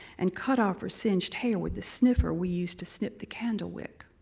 and cut off her singed hair with the sniffer we use to snip the candle wick.